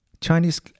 Chinese